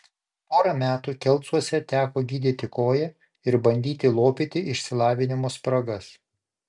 porą metų kelcuose teko gydyti koją ir bandyti lopyti išsilavinimo spragas